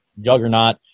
juggernaut